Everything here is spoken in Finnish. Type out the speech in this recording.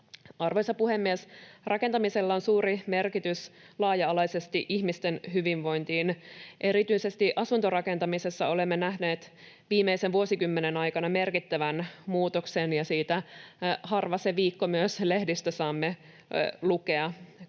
Arvoisa puhemies! Rakentamisella on suuri merkitys laaja-alaisesti ihmisten hyvinvointiin. Erityisesti asuntorakentamisessa olemme nähneet viimeisen vuosikymmenen aikana merkittävän muutoksen, ja harva se viikko myös lehdistä saamme lukea